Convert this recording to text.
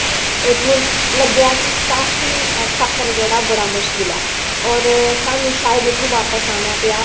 उत्थुआं लग्गेआ कि काफी सफर जेह्ड़ा बड़ा मुश्किल ऐ और साह्नू सायद उत्थूंम बापस आना पेआ